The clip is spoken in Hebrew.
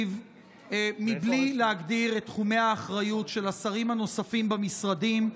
שבלי להגדיר את תחומי האחריות של השרים הנוספים במשרדים,